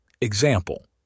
Example